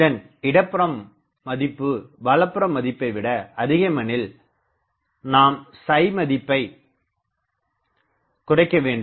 இதன் இடப்புற மதிப்பு வலப்புற மதிப்பைவிட அதிகம் எனில் நாம் மதிப்பை குறைக்கவேண்டும்